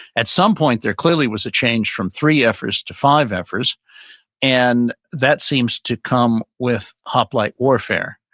at some point there clearly was a change from three efforts to five efforts and that seems to come with hoplite warfare,